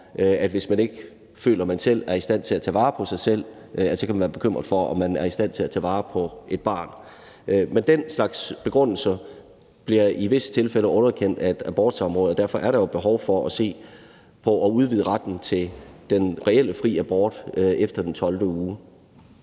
man, hvis man ikke føler, at man selv er i stand til at tage vare på sig selv, kan være bekymret for, om man er i stand til at tage vare på et barn. Men den slags begrundelser bliver i visse tilfælde underkendt af et abortsamråd, og derfor er der jo behov for at se på at udvide retten til den reelt frie abort efter 12. uge.